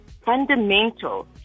fundamental